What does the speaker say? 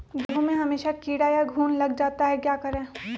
गेंहू में हमेसा कीड़ा या घुन लग जाता है क्या करें?